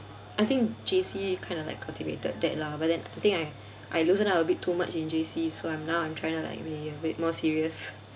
I think J_C kind of like cultivated that lah but then I think I I loosen up a bit too much in J_C so I'm now I'm trying to like be a bit more serious